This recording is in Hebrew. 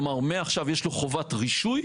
כלומר, מעכשיו יש לו חובת רישוי.